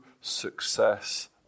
success